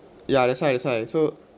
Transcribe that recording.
ya that's why that's why so